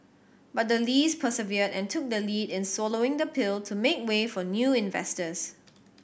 but the Lees persevered and took the lead in swallowing the pill to make way for new investors